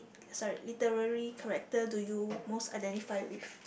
sorry literary character do you most identify with